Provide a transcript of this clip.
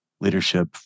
leadership